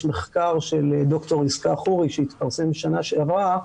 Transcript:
יש מחקר של ד"ר ישכה חורי שהתפרסם בשנה שעברה,